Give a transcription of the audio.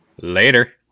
Later